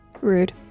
Rude